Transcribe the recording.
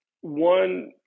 One